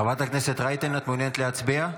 חברת הכנסת רייטן, את מעוניינת להצביע?